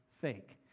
fake